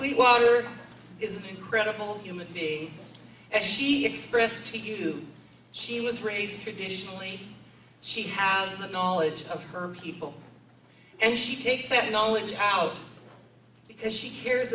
sweetwater is an incredible human being and she expressed to you she was raised traditionally she has the knowledge of her people and she takes that knowledge out because she